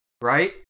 right